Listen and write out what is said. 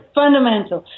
fundamental